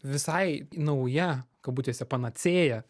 visai nauja kabutėse panacėja